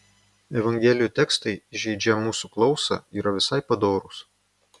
evangelijų tekstai įžeidžią mūsų klausą yra visai padorūs